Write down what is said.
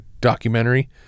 documentary